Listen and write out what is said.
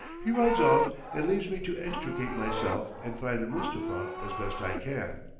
he rides off and leaves me to extricate myself and find the mustapha as best i can.